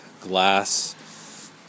glass